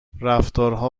رفتارها